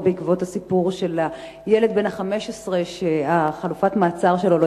בעקבות הסיפור של הילד בן ה-15 שחלופת המעצר שלו לא